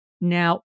Now